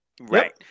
Right